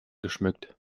geschmückt